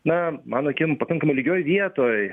na mano akim pakankamai lygioj vietoj